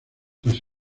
tras